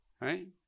Right